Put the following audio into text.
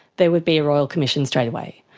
there would be a royal commission straight away,